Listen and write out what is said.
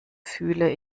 fühle